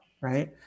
right